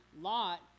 Lot